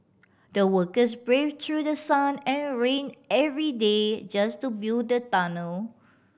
the workers braved through sun and rain every day just to build the tunnel